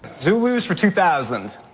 zulus for two thousand.